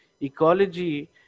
ecology